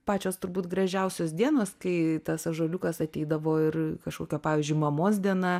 pačios turbūt gražiausios dienos kai tas ąžuoliukas ateidavo ir kažkokio pavyzdžiui mamos diena